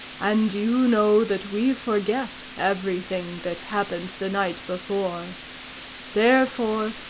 and you know that we forget everything that happened the night before therefore,